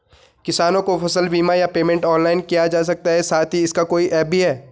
किसानों को फसल बीमा या पेमेंट ऑनलाइन किया जा सकता है साथ ही इसका कोई ऐप भी है?